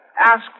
Ask